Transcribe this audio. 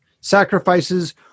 sacrifices